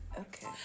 Okay